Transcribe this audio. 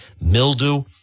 mildew